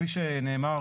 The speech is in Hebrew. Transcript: כפי שנאמר,